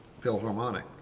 Philharmonic